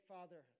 Father